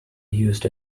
used